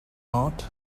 note